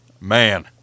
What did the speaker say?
Man